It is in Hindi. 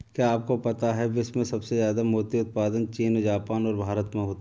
क्या आपको पता है विश्व में सबसे ज्यादा मोती उत्पादन चीन, जापान और भारत में होता है?